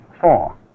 four